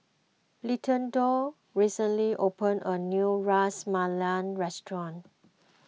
Littleton recently opened a new Ras Malai restaurant